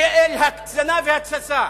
כאל הקצנה והתססה.